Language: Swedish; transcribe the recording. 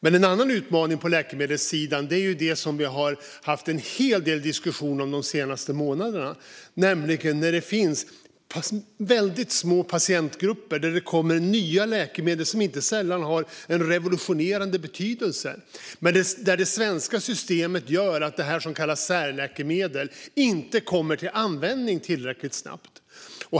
En annan utmaning på läkemedelssidan är det som vi haft en hel del diskussioner om de senaste månaderna, nämligen att det kommer nya läkemedel som inte sällan har revolutionerande betydelse för väldigt små patientgrupper men att det svenska systemet gör att det som kallas särläkemedel inte kommer till användning tillräckligt snabbt.